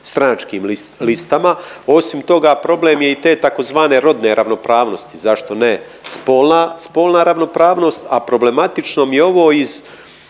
stranačkim listama. Osim toga problem je i te tzv. rodne ravnopravnosti zašto ne spolna, spolna ravnopravnost, a problematično mi je ovo iz